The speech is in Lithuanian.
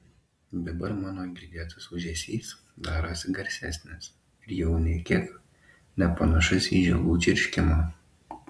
dabar mano girdėtas ūžesys darosi garsesnis ir jau nė kiek nepanašus į žiogų čirškimą